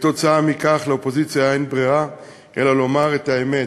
וכתוצאה מכך לאופוזיציה אין ברירה אלא לומר את האמת,